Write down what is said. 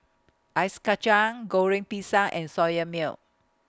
Ice Kachang Goreng Pisang and Soya Milk